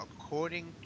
According